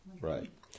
Right